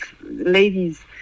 ladies